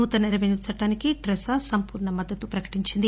నూతన రెపెన్యూ చట్టనికి ట్రెసా సంపూర్ణ మద్దతు ప్రకటించింది